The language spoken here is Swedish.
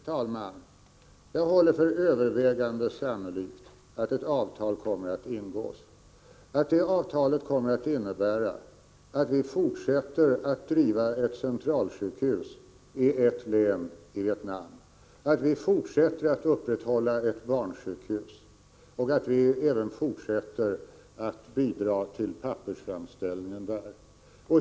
Fru talman! Jag håller för övervägande sannolikt att ett avtal kommer att ingås och att det avtalet kommer att innebära att vi fortsätter att driva ett centralsjukhus i ett län i Vietnam, att vi fortsätter att upprätthålla ett barnsjukhus och att vi även fortsätter att bidra till pappersframställningen där.